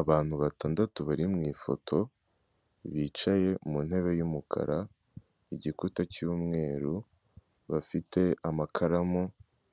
Abantu batandatu bari mu ifoto bicaye mu ntebe y'umukara igikuta cy'umweru bafite amakaramu